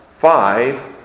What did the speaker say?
five